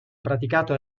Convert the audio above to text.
praticato